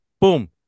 Boom